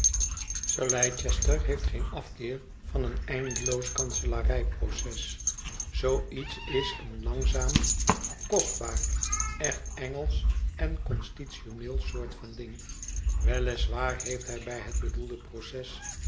sir leicester heeft geen afkeer van een eindeloos kanselarijproces zoo iets is een langzaam kostbaar echt engelsch en constitutioneel soort van ding wel is waar heeft hij bij het bedoelde proces